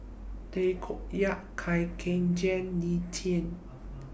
Tay Koh Yat Khoo Kay Hian Lee Tjin